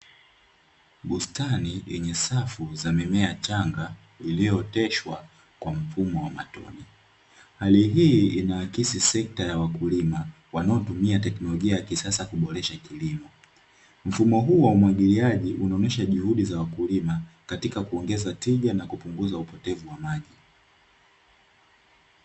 Bustani yenye safu za mimea changa, iliyooteshwa kwa mfumo wa matone. Hali hii inaakisi sekta ya wakulima wanaotumia teknolojia ya kisasa kuboresha kilimo. Mfumo huu wa umwagiliaji unaonyesha juhudi za wakulima katika kuongeza tija na kupunguza upotevu wa maji.